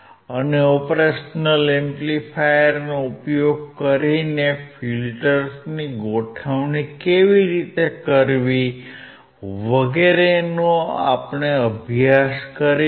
અને ઓપરેશનલ એમ્પ્લીફાયરનો ઉપયોગ કરીને ફિલ્ટર્સની ગોઠવણી કેવી રીતે કરવી વગેરેનો આપણે અભ્યાસ કરીશું